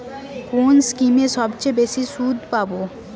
কোন স্কিমে সবচেয়ে বেশি সুদ পাব?